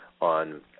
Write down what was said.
on